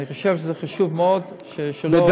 אני חושב שזה חשוב מאוד שלא,